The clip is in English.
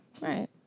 right